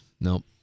Nope